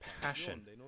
passion